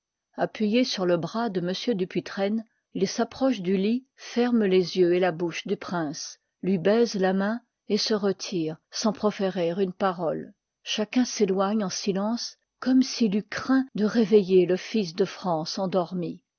appuyé sur le bras de m dupuytren u s'approche dulit ferme les yeux et labouche dtt prince lui haisc la main et se retire ans proférer une parole chacun s'éloigne en silence comm s'il eut eraint de réveiller le fils de france endormi